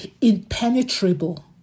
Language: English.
impenetrable